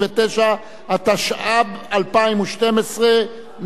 התשע"ב 2012. נא להצביע.